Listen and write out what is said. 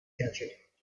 gadget